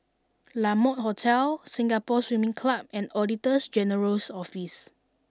La Mode Hotel Singapore Swimming Club and Auditor General's Office